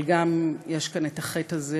אבל גם יש כאן את החטא הזה